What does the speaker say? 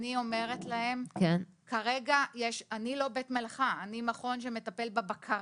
אני לא בית מלאכה, אני מכון שמטפל בבקרה.